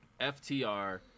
FTR